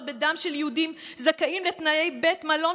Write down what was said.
בדם של יהודים זכאים לתנאי בית מלון,